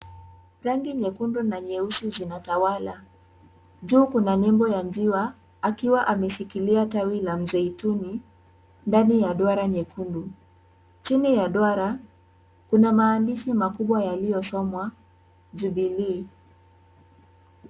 Rangi nyekundu na nyeusi zinatawala. Juu kuna nembo ya njiwa, akiwa ameshikilia tawi la mzeituni ndani ya duara nyekundu. Chini ya duara, kuna maandishi makubwa yaliyosomwa Jubilee.